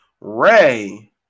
Ray